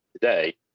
today